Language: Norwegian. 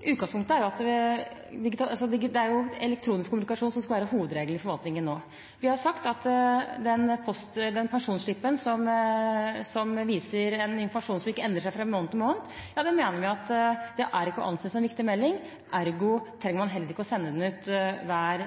Utgangspunktet er at det er elektronisk kommunikasjon som skal være hovedregelen i forvaltningen nå. Vi har sagt at den pensjonsslippen som viser en informasjon som ikke endrer seg fra måned til måned, ikke er å anse som en viktig melding, ergo trenger man heller ikke å sende den ut hver